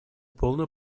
полную